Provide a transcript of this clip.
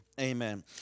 Amen